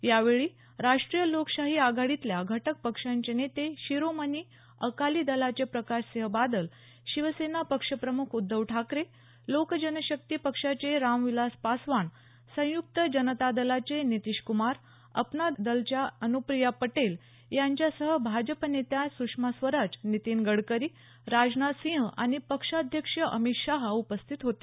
यावेळी राष्ट्रीय लोकशाही आघाडीतल्या घटक पक्षांचे नेते शिरोमणी अकाली दलाचे प्रकाशसिंह बादल शिवसेना पक्षप्रमुख उद्धव ठाकरे लोक जनशक्ती पक्षाचे रामविलास पासवान संयुक्त जनता दलाचे नीतीशक्मार अपना दलच्या अनुप्रिया पटेल यांच्यासह भाजप नेत्या सुषमा स्वराज नीतीन गडकरी राजनाथसिंह आणि पक्षाध्यक्ष अमित शहा उपस्थित होते